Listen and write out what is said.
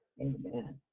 Amen